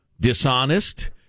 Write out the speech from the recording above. dishonest